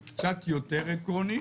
מענה למפלגות שצריכות להיות בקואליציה,